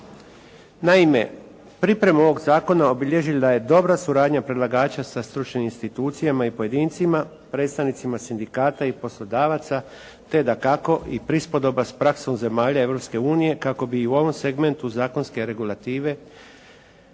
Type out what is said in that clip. Naime, pripremu ovoga zakona obilježila je dobra suradnja predlagača sa stručnim institucijama i pojedincima, predstavnicima sindikata i poslodavaca, te dakako i pristodoba s praksom zemalja Europske unije kako bi i u ovom segmentu zakonske regulative